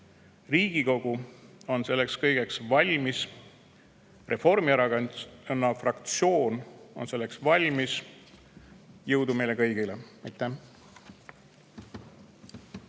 Riigikogu on selleks kõigeks valmis. Reformierakond ja tema fraktsioon on selleks valmis. Jõudu meile kõigile! Aitäh!